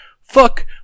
Fuck